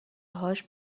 هاش